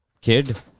Kid